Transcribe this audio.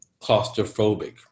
claustrophobic